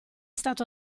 stato